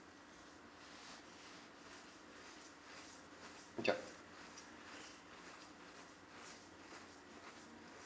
yup